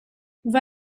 vad